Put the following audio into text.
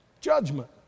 judgment